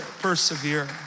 persevere